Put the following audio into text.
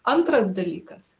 antras dalykas